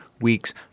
week's